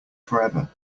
forever